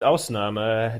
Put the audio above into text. ausnahme